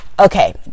Okay